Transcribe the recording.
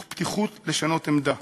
מתוך פתיחות לשנות עמדה,